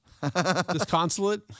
disconsolate